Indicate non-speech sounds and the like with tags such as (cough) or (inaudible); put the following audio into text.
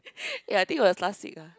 (breath) ya I think it was last week lah